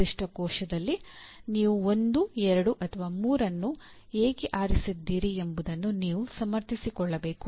ನಿರ್ದಿಷ್ಟ ಕೋಶದಲ್ಲಿ ನೀವು 1 2 ಅಥವಾ 3 ಅನ್ನು ಏಕೆ ಆರಿಸಿದ್ದೀರಿ ಎಂಬುದನ್ನು ನೀವು ಸಮರ್ಥಿಸಿಕೊಳ್ಳಬೇಕು